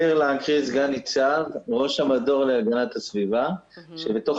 סגן ניצב ראש המדור להגנת הסביבה שבתוך